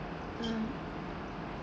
mm